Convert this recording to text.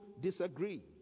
disagree